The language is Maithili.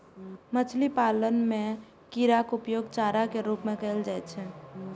मछली पालन मे कीड़ाक उपयोग चारा के रूप मे कैल जाइ छै